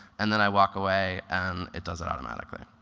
and then i walk away and it does it automatically.